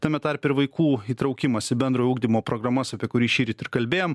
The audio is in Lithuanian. tame tarpe ir vaikų įtraukimas į bendrojo ugdymo programas apie kurį šįryt ir kalbėjom